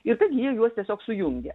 ir kad jie juos tiesiog sujungia